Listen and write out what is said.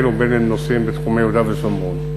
ובין שהם נוסעים בתחומי יהודה ושומרון.